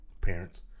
parents